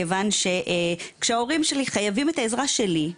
כיוון שכשההורים שלי חייבים את העזרה שלי,